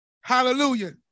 Hallelujah